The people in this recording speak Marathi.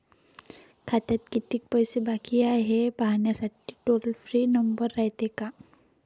खात्यात कितीक पैसे बाकी हाय, हे पाहासाठी टोल फ्री नंबर रायते का?